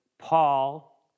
Paul